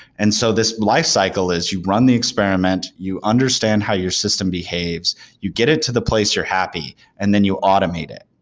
and so this lifecycle is you run the experiment, you understand how your system behaves, you get it to the place you're happy and then you automate it,